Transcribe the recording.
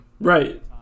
Right